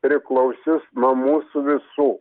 priklausys nuo mūsų visų